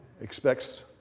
expects